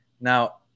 Now